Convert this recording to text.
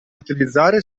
utilizzare